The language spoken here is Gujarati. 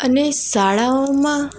અને શાળાઓમાં